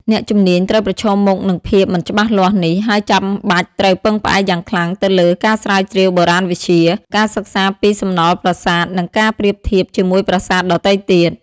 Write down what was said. អ្នកជំនាញត្រូវប្រឈមមុខនឹងភាពមិនច្បាស់លាស់នេះ ហើយចាំបាច់ត្រូវពឹងផ្អែកយ៉ាងខ្លាំងទៅលើ ការស្រាវជ្រាវបុរាណវិទ្យា ការសិក្សាពីសំណល់ប្រាសាទ និងការប្រៀបធៀបជាមួយប្រាសាទដទៃទៀត។